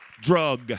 drug